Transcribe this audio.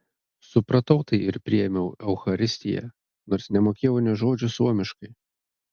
supratau tai ir priėmiau eucharistiją nors nemokėjau nė žodžio suomiškai